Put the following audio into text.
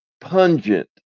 pungent